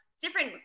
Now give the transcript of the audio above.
different